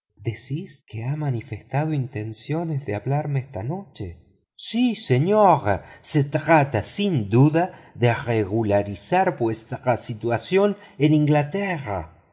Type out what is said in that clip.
decís que ha manifestado intenciones de hablarme esta noche sí señora se trata sin duda de regularizar vuestra situación en inglaterra